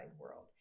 world